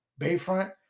Bayfront